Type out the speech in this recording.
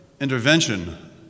intervention